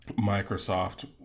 Microsoft